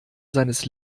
seines